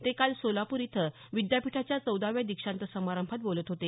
ते काल सोलापूर इथं विद्यापीठाच्या चौदाव्या दीक्षांत समारंभात बोलत होते